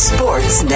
Sports